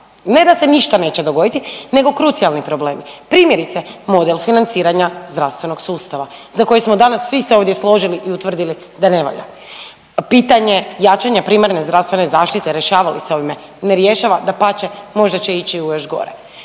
Ne da se ništa neće dogoditi nego krucijalni problemi. Primjerice model financiranja zdravstvenog sustava za koji smo danas svi se ovdje složili i utvrdili da ne valja. Pitanje jačanja primarne zdravstvene zaštite rješava li se ovime, ne rješava dapače možda će ići u još gore.